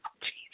Jesus